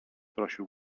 prosił